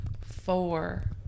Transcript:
Four